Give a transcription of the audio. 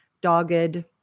dogged